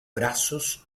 brazos